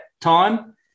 time